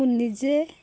ମୁଁ ନିଜେ